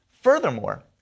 Furthermore